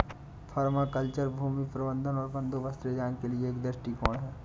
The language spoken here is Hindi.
पर्माकल्चर भूमि प्रबंधन और बंदोबस्त डिजाइन के लिए एक दृष्टिकोण है